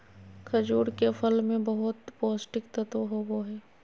खजूर के फल मे बहुत पोष्टिक तत्व होबो हइ